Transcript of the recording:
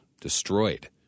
destroyed